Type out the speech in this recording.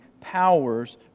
powers